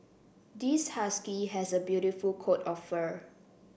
this husky has a beautiful coat of fur